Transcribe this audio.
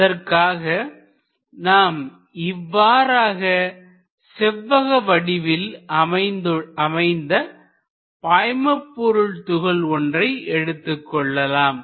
அதற்காக நாம் இவ்வாறாக செவ்வக வடிவில் அமைந்த பாய்மபொருள் துகள் ஒன்றை எடுத்துக் கொள்ளலாம்